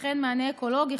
וכן מענה אקולוגי,